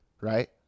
Right